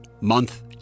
month